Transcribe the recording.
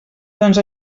doncs